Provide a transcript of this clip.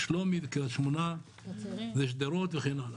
שלומי, קריית שמונה, שדרות וכן הלאה.